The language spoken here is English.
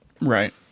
Right